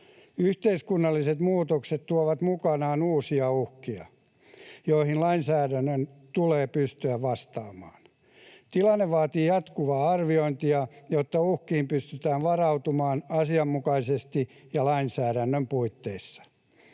Yhteiskunnalliset muutokset tuovat mukanaan uusia uhkia, joihin lainsäädännön tulee pystyä vastaamaan. Tilanne vaatii jatkuvaa arviointia, jotta uhkiin pystytään varautumaan asianmukaisesti ja lainsäädännön puitteissa.